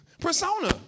persona